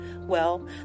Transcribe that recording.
Well